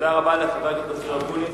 תודה רבה לחבר הכנסת אופיר אקוניס,